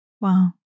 Wow